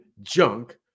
junk